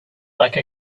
like